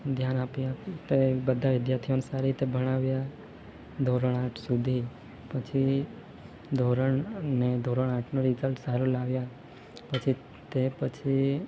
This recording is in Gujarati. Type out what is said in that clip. ધ્યાન આપી આપી તે બધા વિદ્યાર્થીઓને સારી રીતે ભણાવ્યા ધોરણ આઠ સુધી પછી ધોરણને ધોરણ આઠનું રિઝલ્ટ સારું લાવ્યા પછી તે પછી